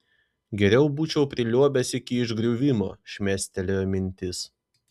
geriau būčiau priliuobęs iki išgriuvimo šmėstelėjo mintis